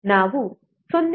ನಾವು 0